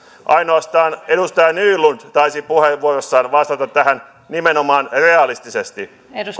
ainoastaan edustaja nylund taisi puheenvuorossaan vastata tähän nimenomaan realistisesti